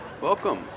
Welcome